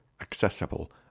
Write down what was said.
accessible